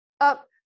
up